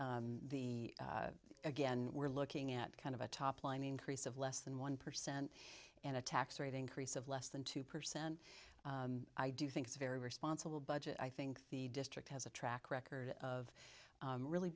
the again we're looking at kind of a topline increase of less than one percent and a tax rate increase of less than two percent i do think it's very responsible budget i think the district has a track record of really